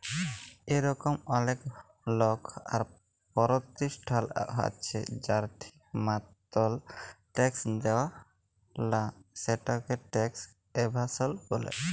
ইরকম অলেক লক আর পরতিষ্ঠাল আছে যারা ঠিক মতল ট্যাক্স দেয় লা, সেটকে ট্যাক্স এভাসল ব্যলে